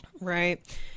Right